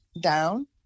down